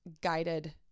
guided